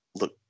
look